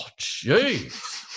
jeez